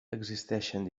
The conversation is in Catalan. existeixen